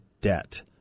debt